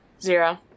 Zero